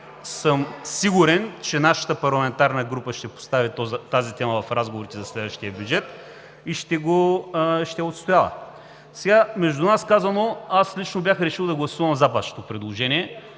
съм сигурен, че нашата парламентарна група ще постави тази тема в разговорите за следващия бюджет и ще я отстоява. Между нас казано, бях решил да гласувам за Вашето предложение.